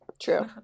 True